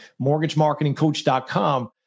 MortgageMarketingCoach.com